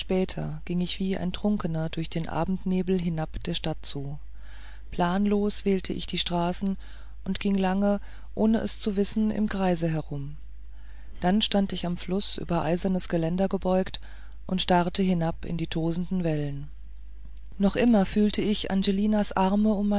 ging ich wie ein trunkener durch den abendnebel hinab der stadt zu planlos wählte ich die straßen und ging lange ohne es zu wissen im kreise herum dann stand ich am fluß über eisernes geländer gebeugt und starrte hinab in die tosenden wellen noch immer fühlte ich angelinas arme